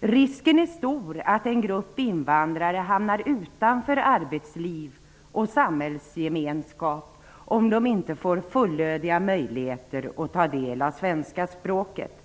Risken är stor att en grupp invandrare hamnar utanför arbetsliv och samhällsgemenskap om dessa invandrare inte ges fullödiga möjligheter att ta del av svenska språket.